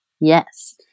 Yes